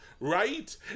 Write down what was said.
right